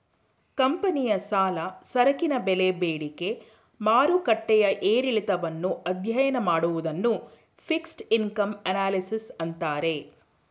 ಕಂಪನಿಯ ಸಾಲ, ಸರಕಿನ ಬೆಲೆ ಬೇಡಿಕೆ ಮಾರುಕಟ್ಟೆಯ ಏರಿಳಿತವನ್ನು ಅಧ್ಯಯನ ಮಾಡುವುದನ್ನು ಫಿಕ್ಸೆಡ್ ಇನ್ಕಮ್ ಅನಲಿಸಿಸ್ ಅಂತಾರೆ